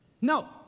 No